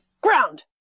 ground